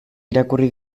irakurri